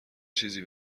چیزی